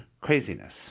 craziness